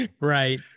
Right